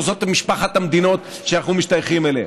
או זאת משפחת המדינות שאנחנו משתייכים אליהן,